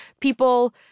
people